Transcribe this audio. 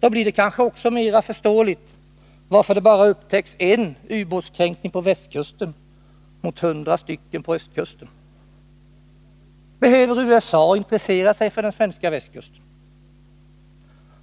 Då blir det kanske också mera förståeligt varför det bara upptäcks en ubåtskränkning på västkusten mot 100 på östkusten. Behöver USA intressera sig för den svenska västkusten?